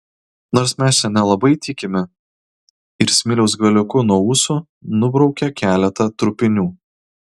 nors mes čia nelabai tikime ir smiliaus galiuku nuo ūsų nubraukė keletą trupinių